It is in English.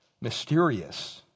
mysterious